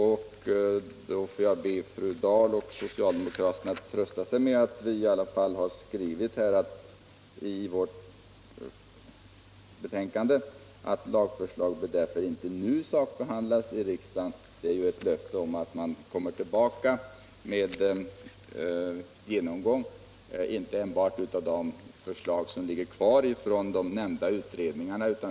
Då får jag be fru Dahl och socialdemokraterna att trösta sig med att vi i alla fall har skrivit i vårt betänkande: ”Lagförslaget bör därför inte nu sakbehandlas av riksdagen.” Det är ju ett löfte om att man kommer tillbaka med en genomgång, inte enbart av de förslag som ligger kvar från de nämnda utredningarna.